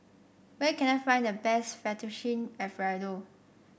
where can I find the best Fettuccine Alfredo